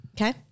okay